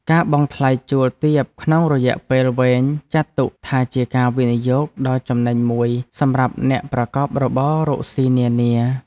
ការបង់ថ្លៃជួលទាបក្នុងរយៈពេលវែងចាត់ទុកថាជាការវិនិយោគដ៏ចំណេញមួយសម្រាប់អ្នកប្រកបរបររកស៊ីនានា។